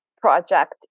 project